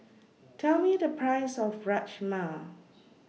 Tell Me The Price of Rajma